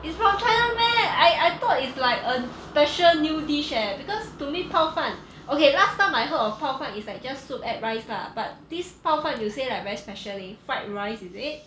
it's from china meh I I thought it's like a special new dish eh because to me 泡饭 okay last time I heard of 泡饭 is like just soup add rice lah but this 泡饭 and you say like very special leh fried rice is it